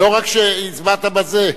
לא רק שהצבעת בזה,